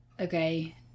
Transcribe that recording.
Okay